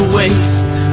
waste